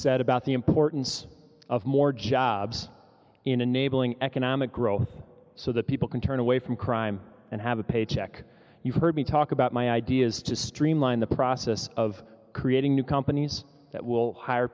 said about the importance of more jobs in a neighboring economic growth so that people can turn away from crime and have a paycheck you've heard me talk about my ideas to streamline the process of creating new companies that will hire